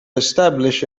establish